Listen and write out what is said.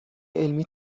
علمی